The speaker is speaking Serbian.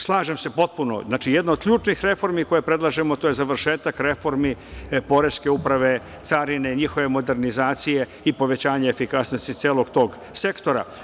Slažem se potpuno, znači, jedna od ključnih reformi koje predlažemo to je završetak reformi poreske uprave, carine, njihove modernizacije i povećanja efikasnosti celog tog sektora.